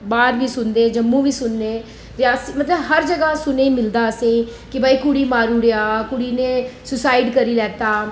बाह्र बी सुनने जम्मू बी सुननें मतलब हर जगह् अस सुनने गी मिलदा असें ई कि भई कुड़ी गी मारी ओड़ेआ कुड़ी ने सुसाइड़ करी लैता